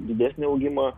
didesnį augimą